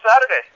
Saturday